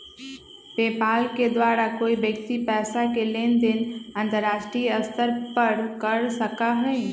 PayPal के द्वारा कोई व्यक्ति पैसा के लेन देन अंतर्राष्ट्रीय स्तर पर कर सका हई